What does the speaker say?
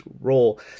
role